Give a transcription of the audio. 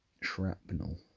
shrapnel